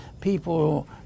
people